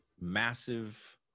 massive